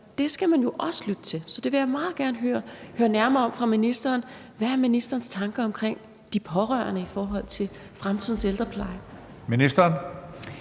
det skal man jo også lytte til. Så jeg vil meget gerne høre nærmere fra ministeren: Hvad er ministerens tanker omkring de pårørende i forhold til fremtidens ældrepleje?